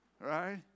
right